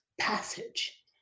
passage